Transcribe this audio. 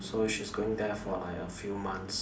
so she's going there for like a few months